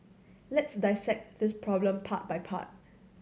let's dissect this problem part by part